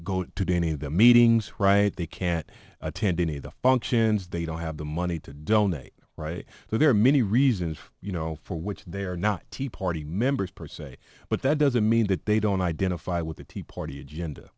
go to any of the meetings right they can't attend any of the functions they don't have the money to donate right so there are many reasons you know for which they are not party members per se but that doesn't mean that they don't identify with the tea party agenda